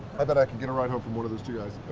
i bet i can get a ride home from one of those two guys.